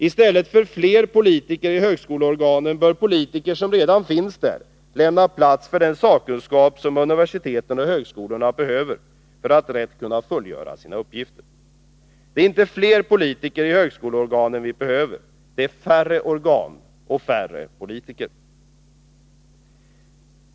I stället för fler politiker i högskoleorganen bör politiker som redan finns där lämna plats för den sakkunskap som universiteten och högskolorna behöver för att rätt kunna fullgöra sina uppgifter. Det är inte fler politiker i högskoleorganen vi behöver — det är färre organ och färre politiker.